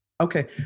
okay